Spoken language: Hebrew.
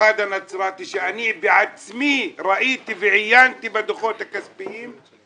במיוחד בנצרת שאני בעצמי ראיתי ועיינתי בדוחות הכספיים שלו,